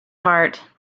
heart